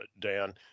Dan